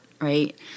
right